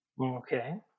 Okay